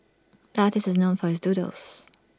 the artist is known for his doodles